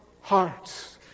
hearts